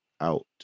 out